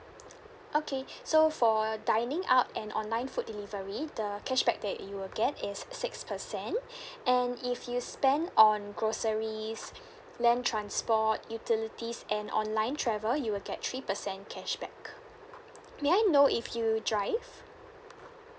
okay so for dining out and online food delivery the cashback that you will get is six percent and if you spend on groceries land transport utilities and online travel you will get three percent cashback may I know if you drive